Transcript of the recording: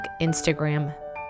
Instagram